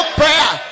prayer